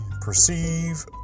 perceive